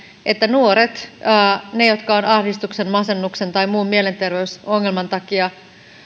että nimenomaan niiden nuorten jotka ovat ahdistuksen masennuksen tai muun mielenterveysongelman takia